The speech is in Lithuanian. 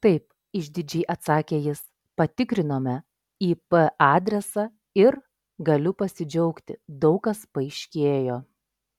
taip išdidžiai atsakė jis patikrinome ip adresą ir galiu pasidžiaugti daug kas paaiškėjo